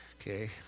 Okay